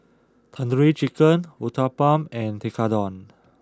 Tandoori Chicken Uthapam and Tekkadon